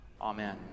Amen